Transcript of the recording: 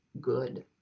good